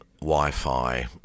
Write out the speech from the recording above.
Wi-Fi